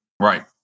Right